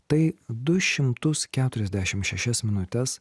tai du šimtus keturiasdešim šešias minutes